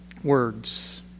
Words